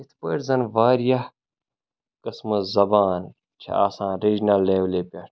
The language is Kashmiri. یِتھ پٲٹھۍ زَن واریاہ قٕسمہٕ زَبان چھِ آسان ریٚجنَل لٮ۪ولہِ پٮ۪ٹھ